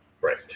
Right